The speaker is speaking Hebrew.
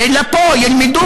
אלא פה ילמדו,